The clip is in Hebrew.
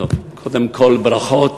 קודם כול, ברכות